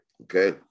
okay